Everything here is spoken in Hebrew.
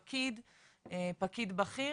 פקיד או פקיד בכיר,